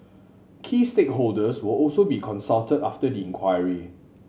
key stakeholders will also be consulted after the inquiry